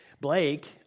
Blake